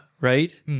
right